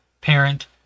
parent